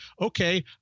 okay